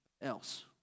else